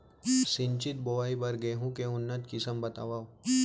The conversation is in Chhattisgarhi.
सिंचित बोआई बर गेहूँ के उन्नत किसिम बतावव?